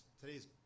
today's